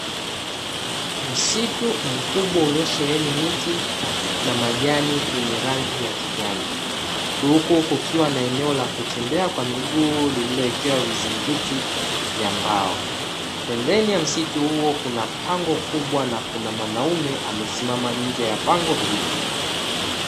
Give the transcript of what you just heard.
Msitu mkubwa uliosheheni miti na Majani yenye rangi ya kijani Huku kukiwa na eneo la kutembea kwa miguu lililowekewa vizingiti vya mbao, Pembeni ya msitu huo Kuna pango kubwa na Kuna mwanaume amesimama nje ya pango hilo.